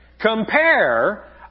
Compare